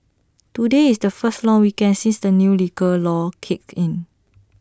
today is the first long weekend since the new liquor laws kicked in